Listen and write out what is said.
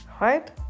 Right